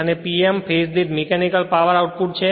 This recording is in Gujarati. અને Pm તે ફેજ દીઠ મિકેનિકલ પાવર આઉટપુટ છે